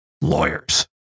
Lawyers